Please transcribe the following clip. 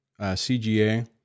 CGA